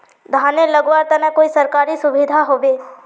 धानेर लगवार तने कोई सरकारी सुविधा होबे?